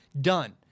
Done